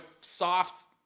soft